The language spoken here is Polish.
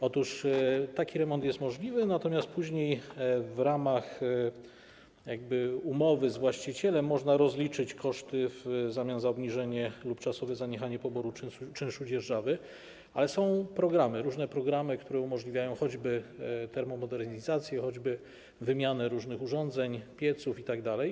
Otóż taki remont jest możliwy, natomiast później w ramach umowy z właścicielem można rozliczyć koszty w zamian za obniżenie lub czasowe zaniechanie poboru czynszu dzierżawy, ale są różne programy, które umożliwiają choćby termomodernizację, wymianę różnych urządzeń, pieców itd.